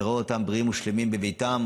נראה אותם בריאים ושלמים בביתם,